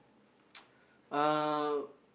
uh